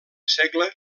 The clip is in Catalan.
segle